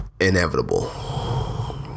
inevitable